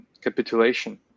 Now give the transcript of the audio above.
capitulation